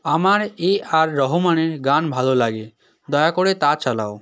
আমার A R রহমানের গান ভালো লাগে দয়া করে তা চালাও